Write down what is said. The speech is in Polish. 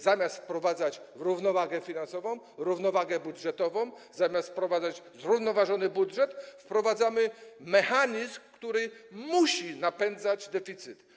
Zamiast wprowadzać równowagę finansową, równowagę budżetową, zamiast wprowadzać zrównoważony budżet, wprowadzamy mechanizm, który musi napędzać deficyt.